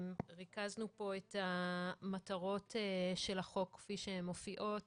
ריכזנו פה את המטרות של החוק כפי שהן מופיעות